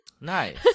Nice